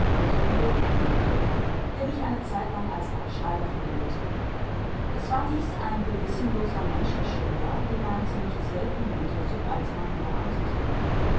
der mich eine zeitlang als abschreiber verwendete es war dies ein gewissenloser menschenschinder wie man sie nicht selten unter subalternen beamten trifft